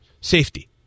safety